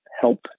help